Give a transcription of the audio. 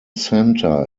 center